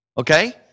Okay